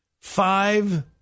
five